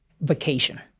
vacation